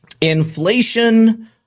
Inflation